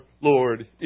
Lord